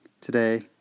today